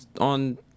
on